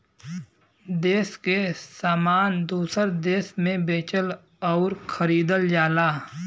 देस के सामान दूसर देस मे बेचल अउर खरीदल जाला